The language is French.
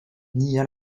nia